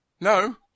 no